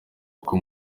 ngo